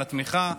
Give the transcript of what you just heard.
על התמיכה.